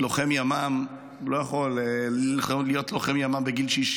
שלוחם ימ"מ לא יכול להיות לוחם ימ"מ בגיל 60